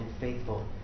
faithful